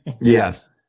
Yes